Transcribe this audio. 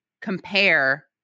compare